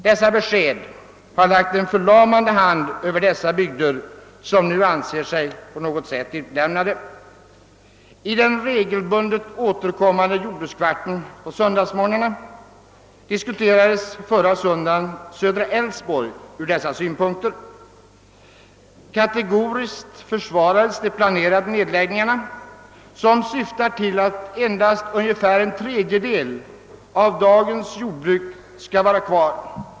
Dessa besked har lagt en förlamande hand över dessa bygder, som nu anser sig utlämnade. Jordbrukskvarten i radio på söndagsmorgnarna diskuterades förra söndagen södra Älvsborgs län från dessa synpunkter. Kategoriskt försvarades de planerade nedläggningarna, som syftar till att endast ungefär en tredjedel av dagens jordbruk skall vara kvar.